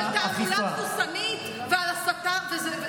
על תעמולה תבוסנית ועל הסתה,